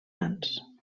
mans